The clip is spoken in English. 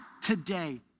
today